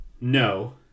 No